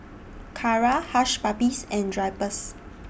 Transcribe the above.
Kara Hush Puppies and Drypers